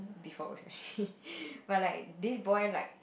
before I was big but like this boy like